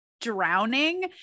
drowning